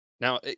Now